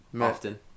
often